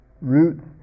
roots